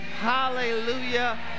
Hallelujah